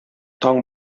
таң